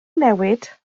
newid